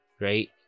right